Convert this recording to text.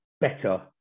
better